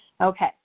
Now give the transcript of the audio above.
Okay